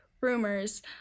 rumors